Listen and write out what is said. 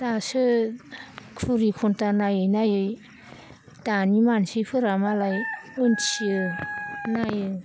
दासो घुड़ी घन्टा नायै नायै दानि मानसिफोरा मालाय उन्थियो नायो